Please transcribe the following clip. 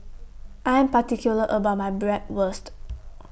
I Am particular about My Bratwurst